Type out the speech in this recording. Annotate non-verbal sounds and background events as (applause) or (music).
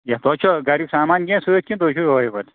(unintelligible) تۄہہِ چھُوا گَریُک سامان کینٛہہ سۭتۍ کِنہٕ تُہۍ چھُو (unintelligible)